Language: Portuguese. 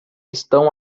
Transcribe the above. estão